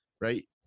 right